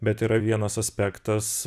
bet yra vienas aspektas